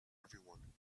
everyone